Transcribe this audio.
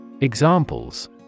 Examples